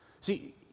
See